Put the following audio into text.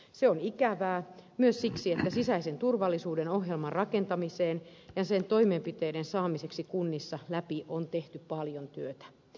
se on ikävää myös siksi että sisäisen turvallisuuden ohjelman rakentamiseksi ja sen toimenpiteiden saamiseksi kunnissa läpi on tehty paljon työtä